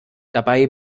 dabei